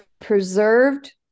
preserved